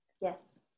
Yes